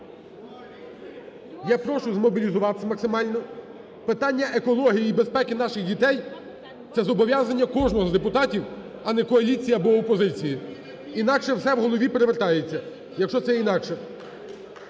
Я прошу змобілізуватися максимально. Питання екології і безпеки наших дітей – це зобов'язання кожного з депутатів, а не коаліції або опозиції, інакше все в голові перевертається, якщо це інакше,